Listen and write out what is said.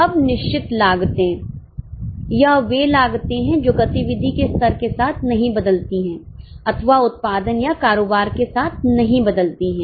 अब निश्चित लागते यह वे लागते हैं जो गतिविधि के स्तर के साथ नहीं बदलती हैं अथवा उत्पादन या कारोबार के साथ नहीं बदलती हैं